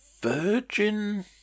Virgin